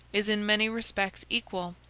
is in many respects equal,